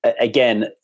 Again